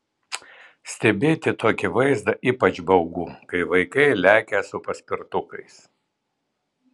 stebėti tokį vaizdą ypač baugu kai vaikai lekia su paspirtukais